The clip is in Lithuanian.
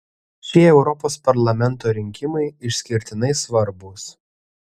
šie europos parlamento rinkimai išskirtinai svarbūs